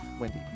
Wendy